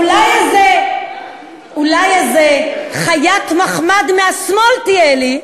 אולי איזה חיית מחמד מהשמאל תהיה לי,